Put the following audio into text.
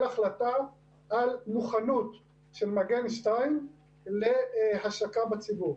החלטה על מוכנות של מגן 2 להשקה בציבור.